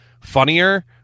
funnier